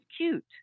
cute